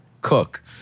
cook